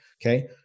Okay